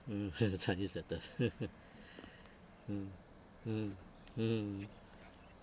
mmhmm chinese sector mm mm mm